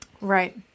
Right